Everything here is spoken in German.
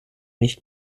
nicht